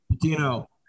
Patino